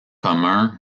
commun